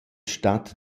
stat